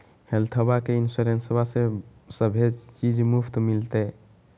हेल्थबा के इंसोरेंसबा में सभे चीज मुफ्त मिलते?